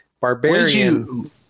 barbarian